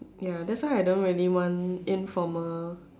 ya that's why I don't really want informal